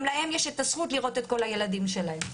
גם להם יש את הזכות לראות את כל הילדים שלהם.